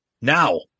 Now